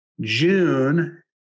June